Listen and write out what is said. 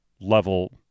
level